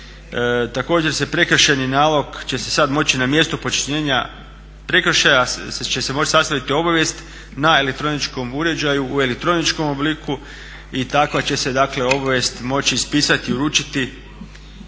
Također se prekršajni nalog će se sada moći na mjestu počinjenja prekršaja će se moći sastaviti obavijest na elektroničkom uređaju u elektroničkom obliku i takva će se obavijest moći ispisati i uručiti na mjestu